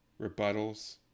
rebuttals